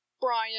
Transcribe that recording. Brian